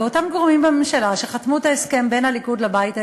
ואותם גורמים בממשלה שחתמו על ההסכם בין הליכוד לבית היהודי,